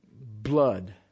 blood